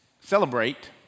celebrate